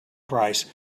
price